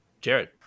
jared